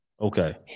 Okay